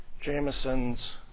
Jameson's